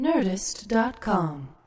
Nerdist.com